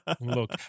Look